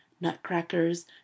nutcrackers